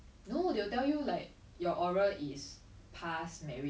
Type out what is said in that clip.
I mean we can lah but we can lah but at the same time we cannot